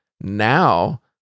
now